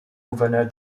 gouverneur